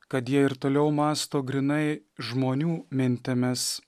kad jie ir toliau mąsto grynai žmonių mintimis